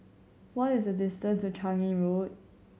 what is the distance to Changi Road